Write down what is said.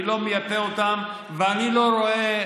אני לא מייפה אותם ואני לא רואה,